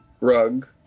Rug